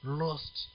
lost